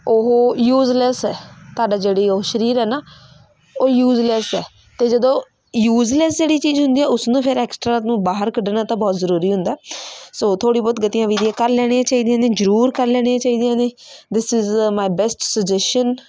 ਉਹ ਯੂਜਲੈਸ ਹੈ ਤੁਹਾਡਾ ਜਿਹੜੀ ਉਹ ਸਰੀਰ ਹੈ ਨਾ ਉਹ ਯੂਜਲੈਸ ਹੈ ਅਤੇ ਜਦੋਂ ਯੂਜਲੈਸ ਜਿਹੜੀ ਚੀਜ਼ ਹੁੰਦੀ ਹੈ ਉਸਨੂੰ ਫਿਰ ਐਕਸਟਰਾ ਨੂੰ ਬਾਹਰ ਕੱਢਣਾ ਤਾਂ ਬਹੁਤ ਜ਼ਰੂਰੀ ਹੁੰਦਾ ਸੋ ਥੋੜ੍ਹੀ ਬਹੁਤ ਗਤੀਆਂ ਵਿਧੀਆਂ ਕਰ ਲੈਣੀਆਂ ਚਾਹੀਦੀਆਂ ਨੇ ਜ਼ਰੂਰ ਕਰ ਲੈਣੀਆਂ ਚਾਹੀਦੀਆਂ ਨੇ this is the my best suggestion